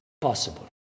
possible